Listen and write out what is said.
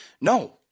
No